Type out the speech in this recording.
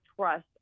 trust